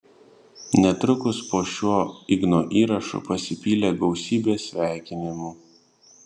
netrukus po šiuo igno įrašu pasipylė gausybė sveikinimų